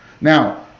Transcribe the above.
Now